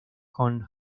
con